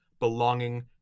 belonging